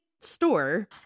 store